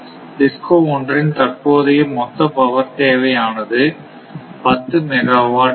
DISCO 1 இன் இப்போதைய மொத்த பவர் தேவை ஆனது 10 மெகாவாட் ஆகும்